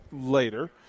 later